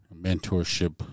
mentorship